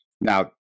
Now